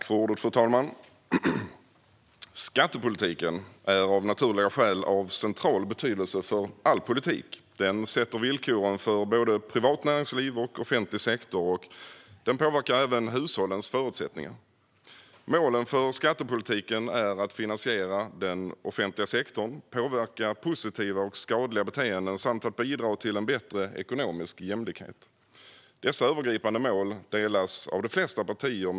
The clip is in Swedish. Fru talman! Skattepolitiken är av naturliga skäl central för all politik. Den sätter villkoren för både privat näringsliv och offentlig sektor. Den påverkar även hushållens förutsättningar. Målen för skattepolitiken är att finansiera den offentliga sektorn, påverka positiva och skadliga beteenden samt bidra till bättre ekonomisk jämlikhet. Dessa övergripande mål delas av de flesta partier.